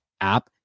app